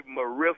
Marissa